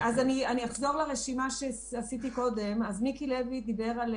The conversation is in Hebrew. עם נוסחאות שנותנות אומדן יחסית סביר להוצאות